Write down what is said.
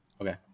Okay